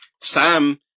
Sam